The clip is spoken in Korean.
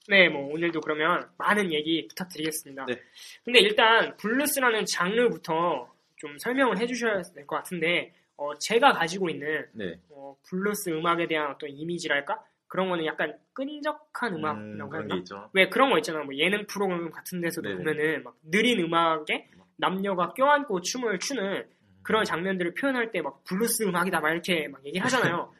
네, 뭐 오늘도 그러면 많은 얘기 부탁드리겠습니다. 네. 근데 일단 블루스라는 장르부터 좀 설명을 해주셔야 될 것 같은데, 어, 제가 가지고 있는 네. 어, 블루스 음악에 대한 어떤 이미지랄까? 그런 거는 약간 끈적한 음악이라고 음, 그런 할까? 게 있죠. 왜 그런 거 있잖아요. 뭐 예능 프로그램 같은 데서도 네네. 보면은 막 느린 음악에 남녀가 껴안고 춤을 추는 그런 음. 장면들을 표현할 때 막 블루스 음악이다 막 이렇게 막 얘기하잖아요.